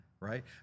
Right